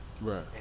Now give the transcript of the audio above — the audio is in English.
Right